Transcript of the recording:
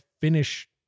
finish